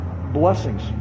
blessings